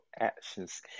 actions